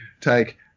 take